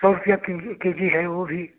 सौ रुपया K G K G है वह